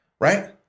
right